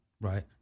Right